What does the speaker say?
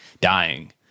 dying